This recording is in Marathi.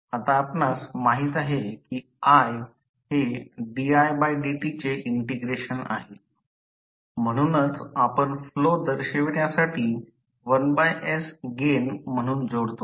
आता आपणास माहित आहे कि i हे didt चे इंटिग्रेशन आहे म्हणूनच आपण फ्लो दर्शवरण्यासाठी 1s गेन म्हणून जोडतो